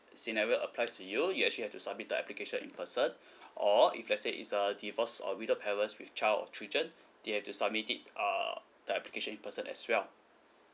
scenario applies to you you actually have to submit the application in person or if let's say it's a divorce or with the parents with child or children they have to submit it err the application in person as well